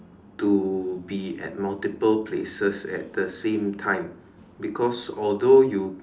to be at multiple places at the same time because although you